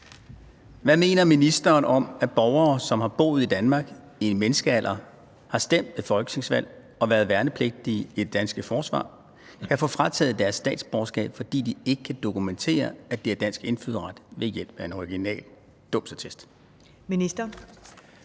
Hvad mener ministeren om, at borgere, som har boet i Danmark i en menneskealder, har stemt ved folketingsvalg og været værnepligtige i det danske forsvar, kan få frataget deres statsborgerskab, fordi de ikke kan dokumentere, at de har dansk indfødsret, ved hjælp af en original dåbsattest? Kl.